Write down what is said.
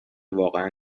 واقعا